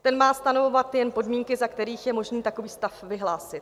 Ten má stanovovat jen podmínky, za kterých je možné takový stav vyhlásit.